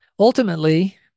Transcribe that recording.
Ultimately